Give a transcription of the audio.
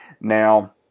now